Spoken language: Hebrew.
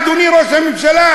אדוני ראש הממשלה,